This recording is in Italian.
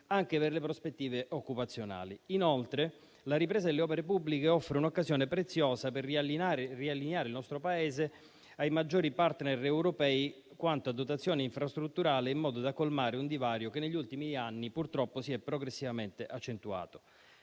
anche per le prospettive occupazionali. Inoltre, la ripresa delle opere pubbliche offre un'occasione preziosa per riallineare il nostro Paese ai maggiori *partner* europei quanto a dotazione infrastrutturale, in modo da colmare un divario che negli ultimi anni purtroppo si è progressivamente accentuato.